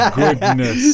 goodness